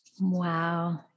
Wow